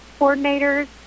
coordinators